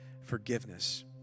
forgiveness